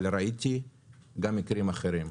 אבל ראיתי גם מקרים אחרים.